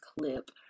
clip